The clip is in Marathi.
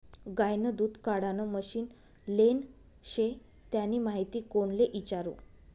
गायनं दूध काढानं मशीन लेनं शे त्यानी माहिती कोणले इचारु?